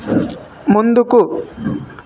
ముందుకు